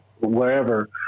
wherever